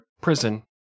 prison